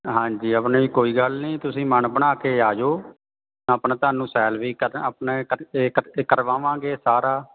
ਹਾਂਜੀ ਆਪਣੀ ਕੋਈ ਗੱਲ ਨਹੀਂ ਤੁਸੀਂ ਮਨ ਬਣਾ ਕੇ ਆਜੋ ਆਪਣਾ ਤੁਹਾਨੂੰ ਸੈਰ ਵੀ ਕਰਾ ਆਪਣੇ ਇਕੱਠੇ ਕਰਵਾਵਾਂਗੇ ਸਾਰਾ